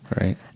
Right